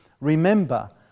Remember